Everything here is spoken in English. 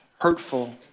hurtful